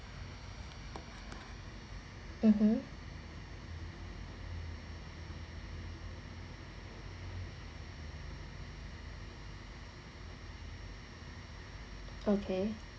(uh huh) okay